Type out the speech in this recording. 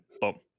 Boom